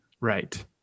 right